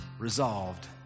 resolved